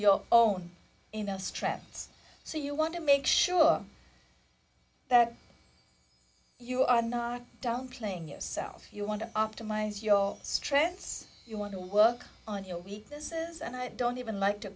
your own in our strengths so you want to make sure that you are not downplaying yourself you want to optimize your strengths you want to work on your weaknesses and i don't even like to